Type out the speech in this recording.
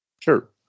Sure